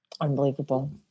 Unbelievable